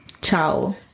Ciao